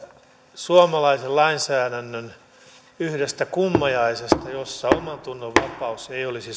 suomalaisen lainsäädännön yhdestä kummajaisesta jossa omantunnonvapaus ei olisi